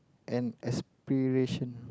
and aspiration